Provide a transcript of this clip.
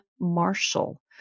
Marshall